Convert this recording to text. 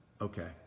okay